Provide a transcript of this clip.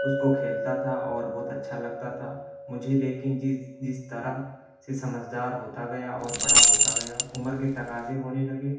اس کو کھیلتا تھا اور بہت اچّھا لگتا تھا مجھے لیکن جس جس طرح سے سمجھدار ہوتا گیا اور بڑا ہوتا گیا عمر کے تقاضے ہونے لگے